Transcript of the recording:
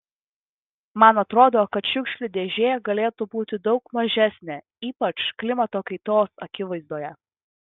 man atrodo kad šiukšlių dėžė galėtų būti daug mažesnė ypač klimato kaitos akivaizdoje